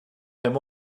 him